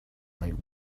make